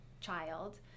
child